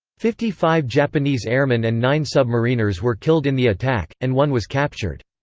fifty-five japanese airmen and nine submariners were killed in the attack, and one was captured.